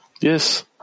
Yes